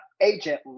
agent